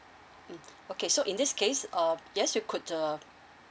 mm okay so in this case uh yes you could uh